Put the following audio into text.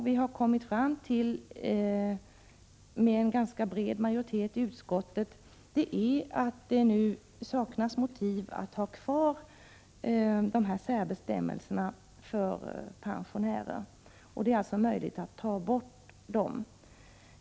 Den ståndpunkt som vi med ganska bred majoritet har kommit fram till i utskottet är att det nu saknas motiv för att ha kvar särbestämmelserna för pensionärer och att det är möjligt att avskaffa dem.